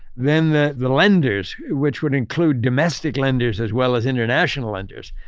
then the the lenders, which would include domestic lenders as well as international lenders,